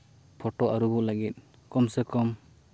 photo ᱟᱹᱨᱩᱵᱽ ᱞᱟᱹᱜᱤᱫ ᱠᱚᱢ ᱥᱮ ᱠᱚᱢ